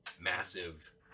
massive